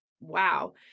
wow